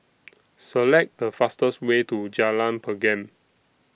Select The fastest Way to Jalan Pergam